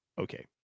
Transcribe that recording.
Okay